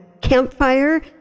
campfire